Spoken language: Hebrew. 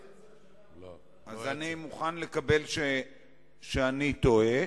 אז אני מוכן לקבל שאני טועה,